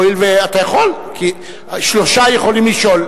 הואיל ואתה יכול, כי שלושה יכולים לשאול.